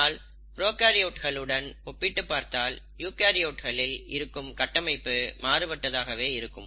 ஆனால் ப்ரோகாரியோட்களுடன் ஒப்பிட்டுப்பார்த்தால் யூகரியோட்களில் இருக்கும் கட்டமைப்பு மாறுபட்டதாகவே இருக்கும்